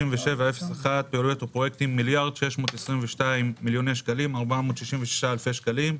206701תוכנית מס' 4: פעילויות ופרויקטים - 1,622,466 אלפי ש״ח.